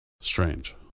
Strange